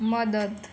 मदत